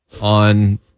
on